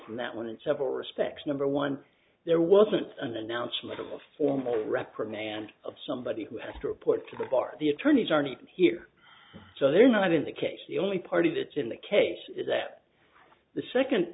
from that one in several respects number one there wasn't an announcement of a formal reprimand of somebody who has to report to the bar the attorneys are not here so they're not in that case the only party that is in the case is that the second